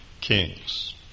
kings